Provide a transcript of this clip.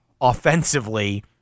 offensively